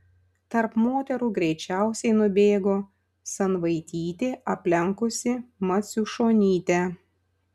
tarp moterų greičiausiai nubėgo sanvaitytė aplenkusi maciušonytę